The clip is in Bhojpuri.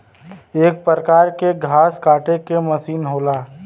एक परकार के घास काटे के मसीन होला